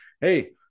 Hey